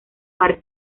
par